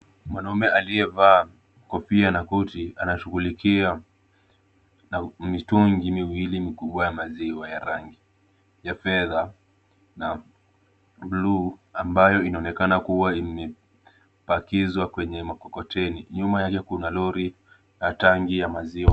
Mwanamume aliyevaa kofia na koti anashughulikia mitungi miwili mikubwa ya maziwa ya rangi ya fedha na bluu ambayo inaonekana kuwa imepakizwa kwenye mkokoteni. Nyuma ya hiyo kuna lori na tangi ya maziwa.